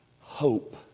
hope